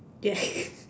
yes